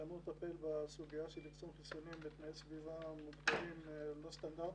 שאמור לטפל בסוגיה של אחסון חיסונים בתנאי סביבה שמוגדרים לא סטנדרטיים.